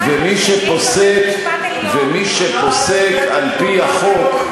ומי שפוסק על-פי החוק,